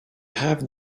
have